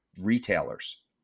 retailers